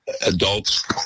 adults